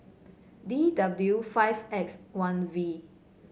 D W five X one V